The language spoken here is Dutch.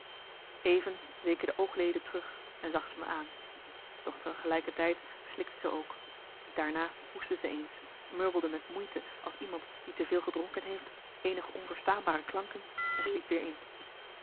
even weken de oogleden terug en zag ze me aan doch tegelijkertijd slikte ze ook daarna hoestte zij eens murmelde met moeite als iemand die te veel gedronken heeft eenige onverstaanbare klanken en sliep weer in